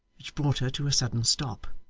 which brought her to a sudden stop.